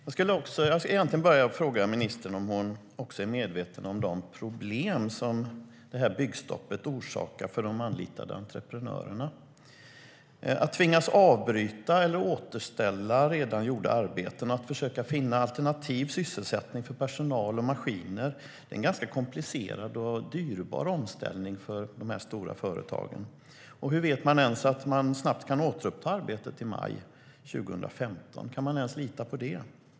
Herr talman! Är ministern medveten om de problem som byggstoppet orsakar för de anlitade entreprenörerna? Att tvingas avbryta eller återställa redan gjorda arbeten och att försöka finna alternativ sysselsättning för personal och maskiner är en ganska komplicerad och dyrbar omställning för dessa stora företag. Hur vet man ens att de snabbt kan återuppta arbetet i maj 2015? Kan vi ens lita på det?